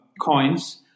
coins